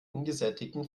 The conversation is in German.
ungesättigten